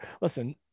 Listen